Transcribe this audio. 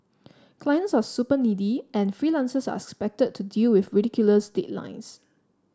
clients are super needy and freelancers are expected to deal with ridiculous deadlines